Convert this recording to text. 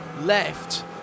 left